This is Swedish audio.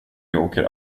åker